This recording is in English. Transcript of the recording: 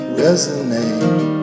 resonate